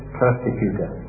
persecutor